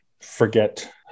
forget